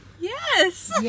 Yes